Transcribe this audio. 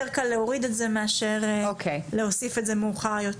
יותר קל להוריד את זה מאשר להוסיף את זה מאוחר יותר.